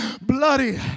bloody